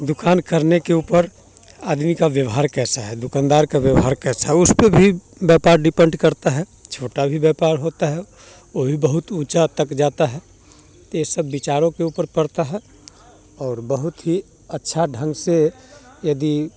दुकान करने के ऊपर आदमी का व्यवहार कैसा है दुकानदार का व्यवहार कैसा है उस पे भी व्यापार डिपेन्ड करता है छोटा भी व्यापार होता है वो भी बहुत ऊँचा तक जाता है तो ये सब विचारों के ऊपर पड़ता है और बहुत ही अच्छा ढंग से यदि